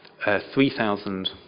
3,000